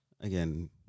again